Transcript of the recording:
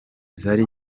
zari